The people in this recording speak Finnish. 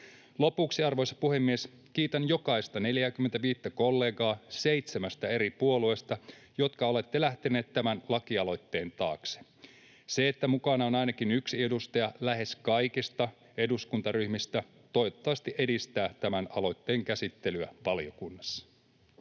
Lopuksi, arvoisa puhemies, kiitän jokaista 45:tä kollegaa seitsemästä eri puolueesta, jotka olette lähteneet tämän lakialoitteen taakse. Se, että mukana on ainakin yksi edustaja lähes kaikista eduskuntaryhmistä, toivottavasti edistää tämän aloitteen käsittelyä valiokunnassa.